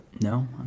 no